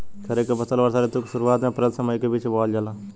खरीफ के फसल वर्षा ऋतु के शुरुआत में अप्रैल से मई के बीच बोअल जाला